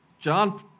john